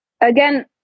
again